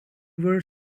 were